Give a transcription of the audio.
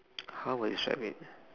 how would I describe it